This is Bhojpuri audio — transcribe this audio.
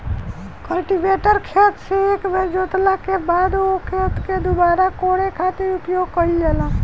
कल्टीवेटर खेत से एक बेर जोतला के बाद ओ खेत के दुबारा कोड़े खातिर उपयोग कईल जाला